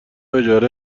اجاره